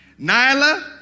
Nyla